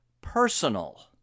personal